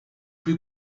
plus